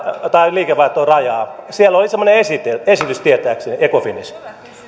liikevaihtorajaa semmoinen esitys oli tietääkseni ecofinissä